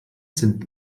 sind